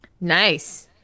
Nice